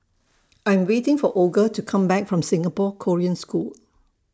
I'm waiting For Olga to Come Back from Singapore Korean School